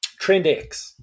TrendX